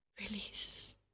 Release